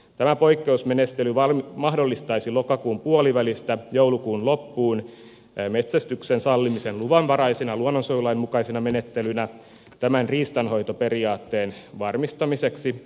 tämä poikkeusmenettely mahdollistaisi lokakuun puolivälistä joulukuun loppuun metsästyksen sallimisen luvanvaraisena luonnonsuojelulain mukaisena menettelynä riistanhoitoperiaatteen varmistamiseksi